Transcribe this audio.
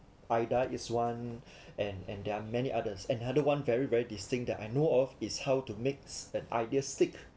AIDA is one and and there are many others and another one very very distinct that I know of is how to mix an idea stick